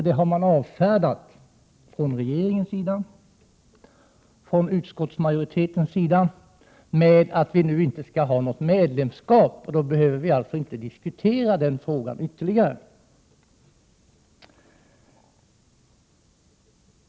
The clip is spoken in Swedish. Detta har avfärdats från regeringens sida och från utskottsmajoritetens sida med att vi inte skall ha något medlemskap. Då behöver vi alltså inte diskutera den frågan ytterligare.